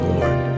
Lord